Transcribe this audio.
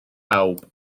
bawb